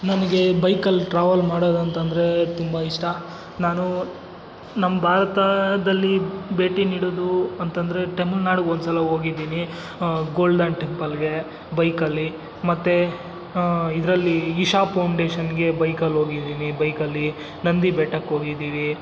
ನನಗೆ ಬೈಕಲ್ಲಿ ಟ್ರಾವೆಲ್ ಮಾಡೋದಂತಂದರೆ ತುಂಬ ಇಷ್ಟ ನಾನು ನಮ್ಮ ಭಾರತದಲ್ಲಿ ಭೇಟಿ ನೀಡೋದು ಅಂತಂದರೆ ತಮಿಳ್ನಾಡಿಗೆ ಒಂದ್ಸಲ ಹೋಗಿದ್ದಿನಿ ಗೋಲ್ಡನ್ ಟೆಂಪಲ್ಗೆ ಬೈಕಲ್ಲಿ ಮತ್ತು ಇದರಲ್ಲಿ ಇಶಾ ಪೌಂಡೇಶನ್ಗೆ ಬೈಕಲ್ಲಿ ಹೋಗಿದ್ದಿನಿ ಬೈಕಲ್ಲಿ ನಂದಿ ಬೆಟ್ಟಕ್ಕೋಗಿದ್ದೀವಿ